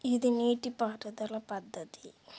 ఇది నీటిపారుదల పద్ధతి